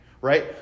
right